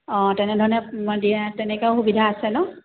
অঁ তেনেধৰণে দিয়ে তেনেকুৱাও সুবিধা আছে নহ্